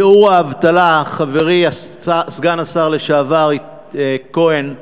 שיעור האבטלה, חברי סגן השר לשעבר כהן,